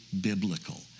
biblical